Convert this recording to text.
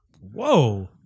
Whoa